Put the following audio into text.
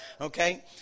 Okay